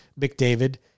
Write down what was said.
McDavid